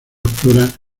explora